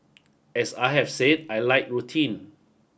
as I have said I like routine